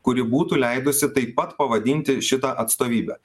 kuri būtų leidusi taip pat pavadinti šitą atstovybę